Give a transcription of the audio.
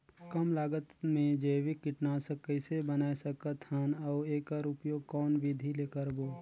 कम लागत मे जैविक कीटनाशक कइसे बनाय सकत हन अउ एकर उपयोग कौन विधि ले करबो?